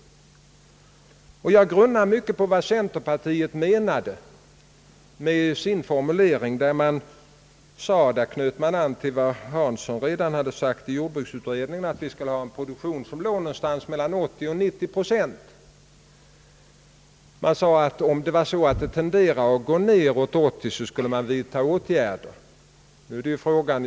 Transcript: Jag har vidare grunnat mycket på vad centerpartiet menade med sin formulering, där man knöt an till vad herr Hansson i Skegrie redan sagt i jordbruksutredningen: att vi skall ha en produktion någonstans mellan 80 och 90 procent. Man sade att om volymen tenderar att gå neråt 80 procent skulle åtgärder vidtas.